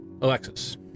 Alexis